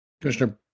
Commissioner